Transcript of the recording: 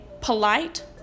polite